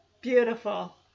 beautiful